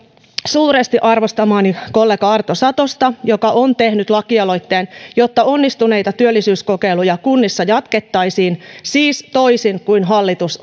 suuresti arvostamaani kollegaa arto satosta joka on tehnyt lakialoitteen siitä että onnistuneita työllisyyskokeiluja kunnissa jatkettaisiin siis toisin kuin hallitus